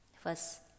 first